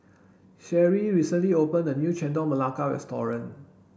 Sherri recently opened a new Chendol Melaka restaurant